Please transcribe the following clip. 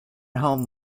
home